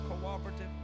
cooperative